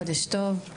חודש טוב.